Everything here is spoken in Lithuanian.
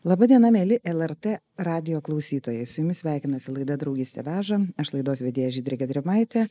laba diena mieli lrt radijo klausytojai su jumis sveikinasi laida draugystė veža aš laidos vedėja žydrė gedrimaitė